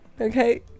okay